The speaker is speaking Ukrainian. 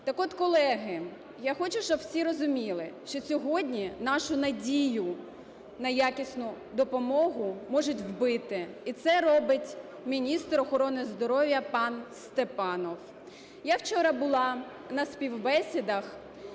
Так от, колеги, я хочу, щоб всі розуміли, що сьогодні нашу надію на якісну допомогу можуть вбити, і це робить міністр охорони здоров'я пан Степанов. Я вчора була на співбесідах,